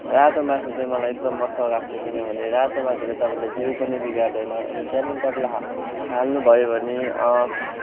रातो मासु चाहिँ मलाई एकदम असल लाग्छ किनभने रातो मासुको तपाईँले जिउ पनि बिगार्दैन अनि त्यहाँदेखि तपाईँले हाल्नुभयो भने